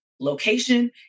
location